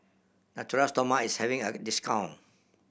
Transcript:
Natura Stoma is having at discount